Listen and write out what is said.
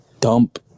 dump